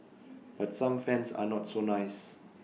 but some fans are not so nice